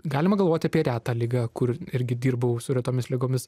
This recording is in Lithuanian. galima galvoti apie retą ligą kur irgi dirbau su retomis ligomis